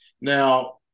Now